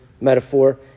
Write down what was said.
metaphor